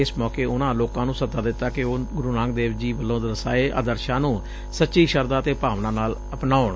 ਇਸ ਮੌਕੇ ਉਨੂਾ ਲੋਕਾਂ ਨੂੰ ਸਦਾ ਦਿੱਤਾ ਕਿ ਉਹ ਗੁਰੂ ਨਾਨਕ ਦੇਵ ਜੀ ਵੱਲੋਂ ਦਰਸਾਏ ਆਦਰਸ਼ਾਂ ਨੂੰ ਸੱਚੀ ਸ਼ਰਧਾ ਅਤੇ ਭਾਵਨਾ ਨਾਲ ਅਪਨਾਉਣ